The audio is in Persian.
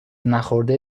نخورده